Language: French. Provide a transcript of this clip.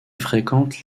fréquentent